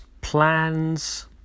plans